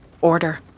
order